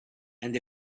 and